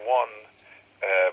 one